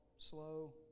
Slow